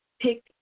Pick